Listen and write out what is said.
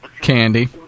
Candy